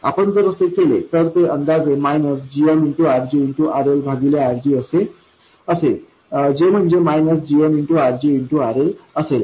आपण जर असे केले तर ते अंदाजे मायनस gm RGRL भागिले RG असे असेल जे म्हणजे मायनस gm RGRL असेल